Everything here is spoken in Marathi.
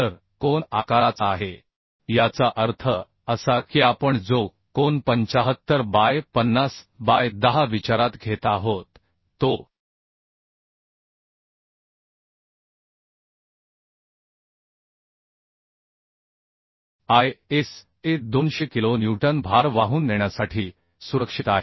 तर कोन आकाराचा आहे याचा अर्थ असा की आपण जो कोन 75 बाय 50 बाय 10 विचारात घेत आहोत तो Isa 200 किलो न्यूटन भार वाहून नेण्यासाठी सुरक्षित आहे